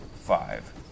five